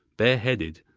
bareheaded,